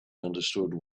understood